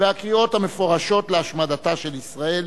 והקריאות המפורשות להשמדתה של ישראל,